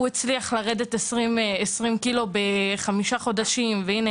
הוא הצליח לרדת 20 קילו בחמישה חודשים והיא